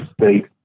state